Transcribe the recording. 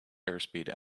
airspeed